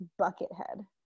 Buckethead